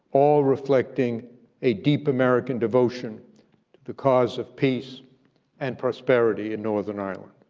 all reflecting a deep american devotion to the cause of peace and prosperity in northern ireland.